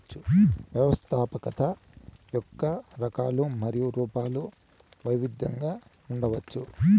వ్యవస్థాపకత యొక్క రకాలు మరియు రూపాలు వైవిధ్యంగా ఉండవచ్చు